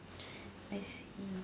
I see